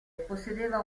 possedeva